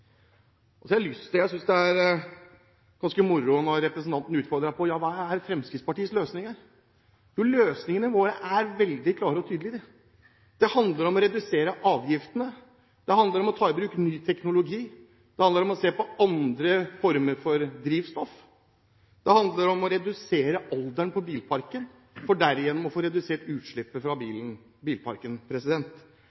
Jeg synes det er ganske moro når representanten utfordrer meg på hva Fremskrittspartiets løsninger er. Jo, løsningene våre er veldig klare og tydelige. Det handler om å redusere avgiftene, det handler om å ta i bruk ny teknologi, det handler om å se på andre former for drivstoff, det handler om å redusere alderen på bilparken for derigjennom å redusere utslippet fra